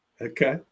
Okay